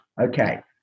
Okay